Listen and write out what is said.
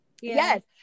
yes